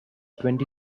twenty